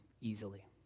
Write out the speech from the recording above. easily